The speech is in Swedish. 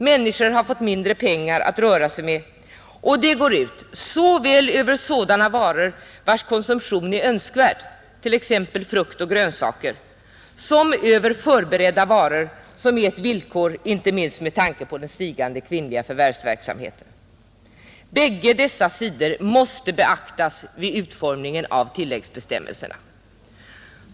Människor har fått mindre pengar att röra sig med, och det går ut såväl över sådana varor vars konsumtion är önskvärd, t.ex. frukt och grönsaker, som över förberedda varor vilkas användning är ett villkor inte minst med tanke på den stigande kvinnliga förvärvsverksamheten. Bägge dessa sidor måste beaktas vid utformningen av tilläggsbestämmelserna.